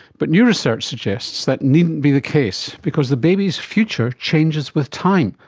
but new research suggests that needn't be the case because the baby's future changes with time,